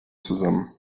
zusammen